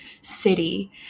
city